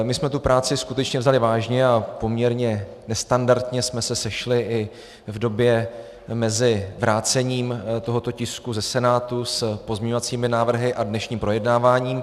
My jsme tu práci skutečně vzali vážně a poměrně nestandardně jsme se sešli i v době mezi vrácením tohoto tisku ze Senátu s pozměňovacími návrhy a dnešním projednáváním.